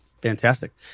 Fantastic